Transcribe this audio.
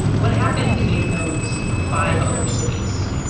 what happened in those, you know, five other cities?